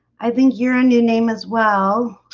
i think you're a new name as well